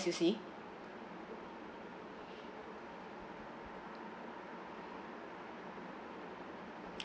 you see